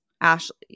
Ashley